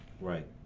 Right